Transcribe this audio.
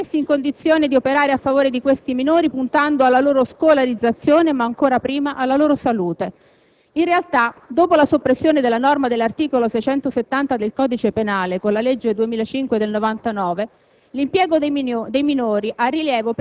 I servizi sociali dei Comuni devono essere messi in condizione di operare a favore di questi minori, puntando alla loro scolarizzazione, ma ancora prima alla loro salute. In realtà, dopo la soppressione della norma dell'articolo 670 del codice penale, con la legge n. 205 del 1999,